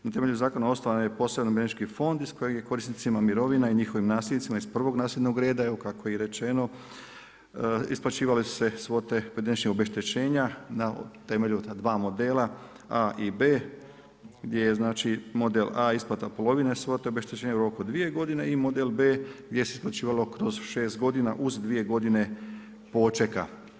Na temelju zakona osnovano je i poseban Umirovljenički fond iz kojeg je korisnicima mirovina i njihovim nasljednicima iz prvog nasljednog reda evo kako je i rečeno isplaćivale su se svote pojedinačnog obeštećenja na temelju ta dva modela A i B, gdje je znači model A isplata polovine svote obeštećenja u roku dvije godine i model B gdje se isplaćivalo kroz 6 godina uz dvije godine počeka.